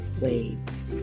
waves